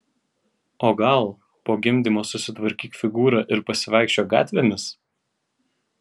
o gal po gimdymo susitvarkyk figūrą ir pasivaikščiok gatvėmis